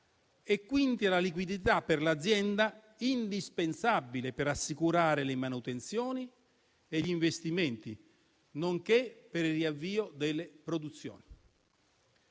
e quindi alla liquidità per l'azienda indispensabile per assicurare le manutenzioni e gli investimenti, nonché per il riavvio delle produzioni.